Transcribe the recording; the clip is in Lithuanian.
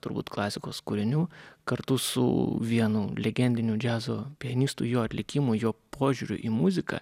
turbūt klasikos kūrinių kartu su vienu legendiniu džiazo pianistu jo atlikimu jo požiūriu į muziką